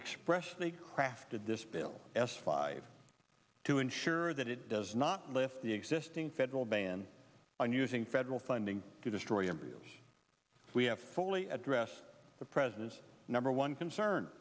expressly crafted this bill s five to ensure that it does not lift the existing federal ban on using federal funding to destroy embryos we have fully addressed the president's number one concern